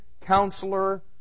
Counselor